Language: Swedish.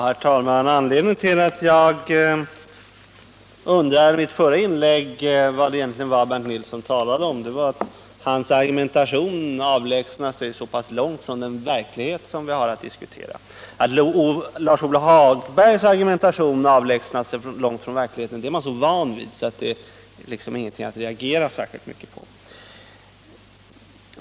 Herr talman! När jag i mitt förra inlägg undrade vad Bernt Nilsson egentligen talade om var det därför att hans argumentation avlägsnade sig så pass långt från den verklighet som vi har att diskutera. Att Lars-Ove Hagbergs argumentation avlägsnar sig långt från verkligheten är man så van vid att det är liksom ingenting att reagera särskilt mycket på.